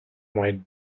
might